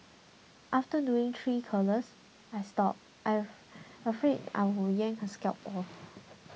after doing three curlers I stopped afraid that I would yank her scalp off